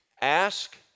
Ask